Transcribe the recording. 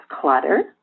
clutter